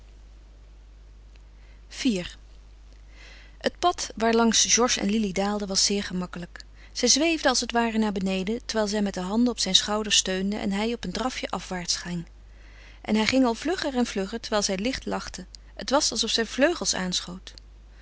iv het pad waarlangs georges en lili daalden was zeer gemakkelijk zij zweefde als het ware naar beneden terwijl zij met de handen op zijn schouder steunde en hij op een drafje afwaarts ging en hij ging al vlugger en vlugger terwijl zij licht lachte het was alsof zij vleugels aanschoot